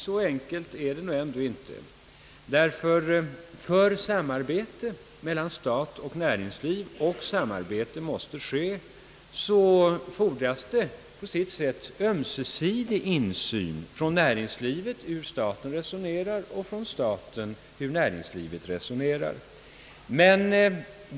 Så enkelt är det nu ändå inte, ty för samarbete mellan stat och näringsliv — och samarbete måste ske — fordras det på sitt sätt ömsesidig insyn, d. v. s. insyn från näringslivet i hur staten resonerar och från staten i hur näringslivet resonerar.